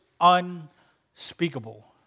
unspeakable